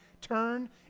turn